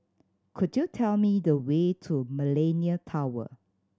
could you tell me the way to Millenia Tower